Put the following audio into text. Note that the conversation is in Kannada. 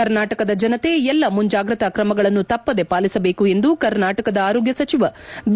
ಕರ್ನಾಟಕದ ಜನತೆ ಎಲ್ಲಾ ಮುಂಜಾಗೃತಾ ತ್ರಮಗಳನ್ನು ತಪ್ಪದೆ ಪಾಲಿಸಬೇಕು ಎಂದು ಕರ್ನಾಟಕದ ಆರೋಗ್ಯ ಸಚಿವ ಬಿ